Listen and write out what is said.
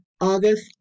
August